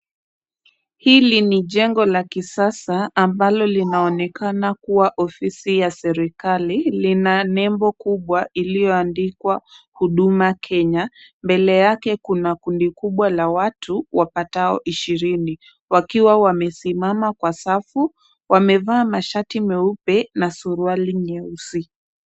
Hili ni jengo la kisasa, ambalo linaonekana kuwa ofisi ya serikali. Lina nembo kubwa iliyo andikwa huduma Kenya, mbele yake kuna kundi kubwa la watu, wapatao ishirini, wakiwa wamesimama kwa safu. Wamevaa mashati meupe na suruali nyeusi.